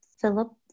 philip